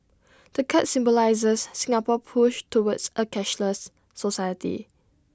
the card symbolises Singapore push towards A cashless society